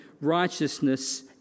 righteousness